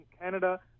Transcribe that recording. Canada